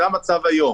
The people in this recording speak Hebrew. זה המצב היום.